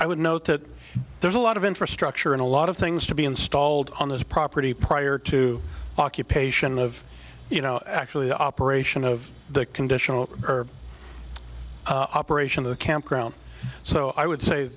i would note that there's a lot of infrastructure and a lot of things to be installed on this property prior to occupation of you know actually the operation of the conditional herb operation of the campground so i would say